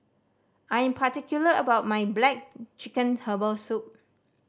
I am particular about my black chicken herbal soup